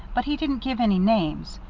but he didn't give any names.